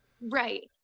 Right